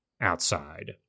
outside